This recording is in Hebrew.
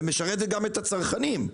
ומשרתת גם את הצרכנים,